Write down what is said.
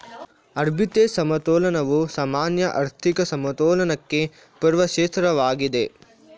arbitrage ಸಮತೋಲನವು ಸಾಮಾನ್ಯ ಆರ್ಥಿಕ ಸಮತೋಲನಕ್ಕೆ ಪೂರ್ವಾಪೇಕ್ಷಿತವಾಗಿದೆ